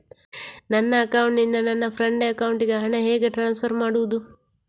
ನನ್ನ ಅಕೌಂಟಿನಿಂದ ನನ್ನ ಫ್ರೆಂಡ್ ಅಕೌಂಟಿಗೆ ಹಣ ಹೇಗೆ ಟ್ರಾನ್ಸ್ಫರ್ ಮಾಡುವುದು?